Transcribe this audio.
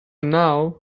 now